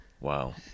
Wow